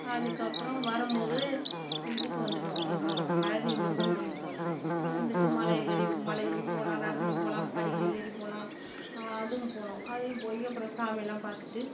அதுக்கப்புறம் வரம்மோது இதுக்கு வந்துவிட்டோம் அப்புறம் பழனி முருகன் கோயிலுக்கு வந்தோம் வந்துட்டு மலை ஏறி மலையிலையும் போகலாம் நடந்தும் போகலாம் இந்த படிலையும் ஏறி போகலாம் அதுவும் போனோம் அதையும் போய் அப்புறம் சாமி எல்லாம் பார்த்துட்டு